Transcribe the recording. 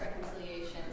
reconciliation